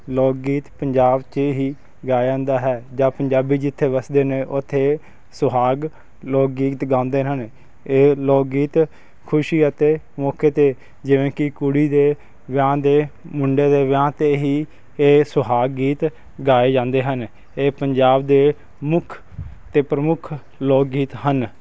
ਲੋਕ ਗੀਤ ਪੰਜਾਬ 'ਚ ਹੀ ਗਾਇਆ ਜਾਂਦਾ ਹੈ ਜਾਂ ਪੰਜਾਬੀ ਜਿੱਥੇ ਵੱਸਦੇ ਨੇ ਉੱਥੇ ਸੁਹਾਗ ਲੋਕ ਗੀਤ ਗਾਉਂਦੇ ਹਨ ਇਹ ਲੋਕ ਗੀਤ ਖੁਸ਼ੀ ਅਤੇ ਮੌਕੇ 'ਤੇ ਜਿਵੇਂ ਕਿ ਕੁੜੀ ਦੇ ਵਿਆਹ ਦੇ ਮੁੰਡੇ ਦੇ ਵਿਆਹ 'ਤੇ ਹੀ ਇਹ ਸੁਹਾਗ ਗੀਤ ਗਾਏ ਜਾਂਦੇ ਹਨ ਇਹ ਪੰਜਾਬ ਦੇ ਮੁੱਖ ਅਤੇ ਪ੍ਰਮੁੱਖ ਲੋਕ ਗੀਤ ਹਨ